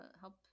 help